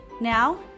Now